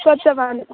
ক'ত যাবা